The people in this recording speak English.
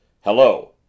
Hello